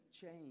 change